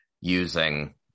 using